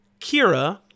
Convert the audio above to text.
Kira